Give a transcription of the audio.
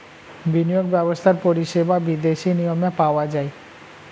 বিনিয়োগ ব্যবস্থার পরিষেবা বিদেশি নিয়মে পাওয়া যায়